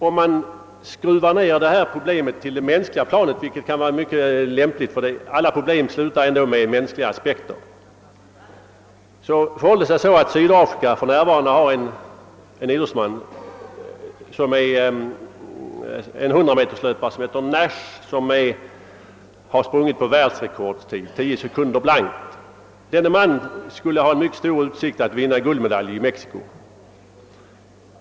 Om man skruvar ned dessa problem till det mänskliga planet, vilket kan vara mycket lämpligt därför att alla problem ändå slutar med mänskliga aspekter, kan man konstatera, att Sydafrika för närvarande har en idrottsman, en hundrameterslöpare som heter Nash och som har sprungit på världsrekordtid, 10 sekunder blankt. Denne man skulle ha mycket stora utsikter att vinna guldmedalj i Mexico.